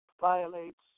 violates